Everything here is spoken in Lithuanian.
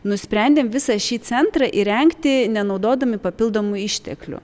nusprendėm visą šį centrą įrengti nenaudodami papildomų išteklių